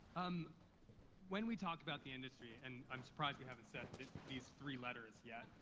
um when we talk about the industry, and i'm surprised you haven't said these three letters yet,